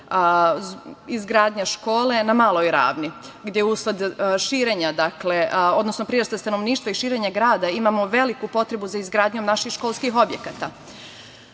izgradnja škole na Maloj Ravni, gde usled prirasta stanovništva i širenja grada imamo veliku potrebu za izgradnjom naših školskih objekata.Za